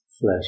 flesh